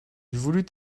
voulut